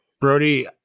Brody